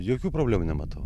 jokių problemų nematau